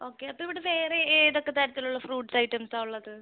okay അപ്പം അവിടെ വേറെ ഏതൊക്കെ തരത്തിലുള്ള ഫ്രൂസ് ഐറ്റംസാ ഉള്ളത്